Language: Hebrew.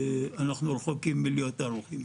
אנחנו רחוקים מלהיות ערוכים.